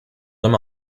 them